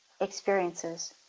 experiences